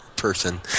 person